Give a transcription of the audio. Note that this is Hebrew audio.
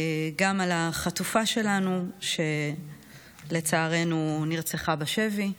גם על החטופה שלנו, שלצערנו נרצחה בשבי,